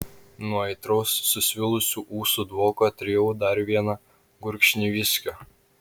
nuo aitraus susvilusių ūsų dvoko atrijau dar vieną gurkšnį viskio